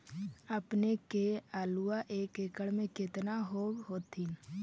अपने के आलुआ एक एकड़ मे कितना होब होत्थिन?